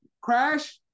Crash